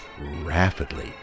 rapidly